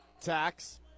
Tax